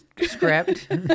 script